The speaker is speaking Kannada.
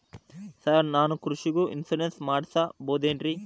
ಸರ್ ನಾನು ಕೃಷಿಗೂ ಇನ್ಶೂರೆನ್ಸ್ ಮಾಡಸಬಹುದೇನ್ರಿ?